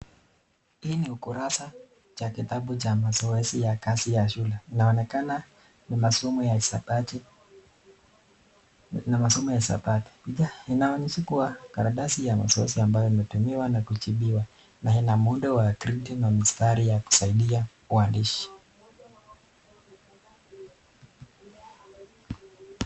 Hii ni ukurasa cha kitabu cha mazoezi ya kazi ya shule, inaonekana ni masomo ya hisabati .Inaonyesha kuwa karatasi ya mazoez ambayo imetumiwa na kujibiwa na ina muundo wa mstari ya kusaidia uandishi.